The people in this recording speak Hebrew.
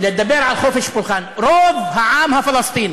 לדבר על חופש פולחן, רוב העם הפלסטיני,